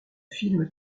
film